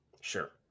Sure